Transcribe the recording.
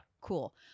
Cool